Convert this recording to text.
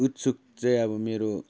उत्सुक चाहिँ अब मेरो